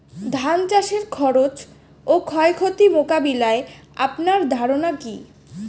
ধান চাষের খরচ ও ক্ষয়ক্ষতি মোকাবিলায় আপনার ধারণা কী?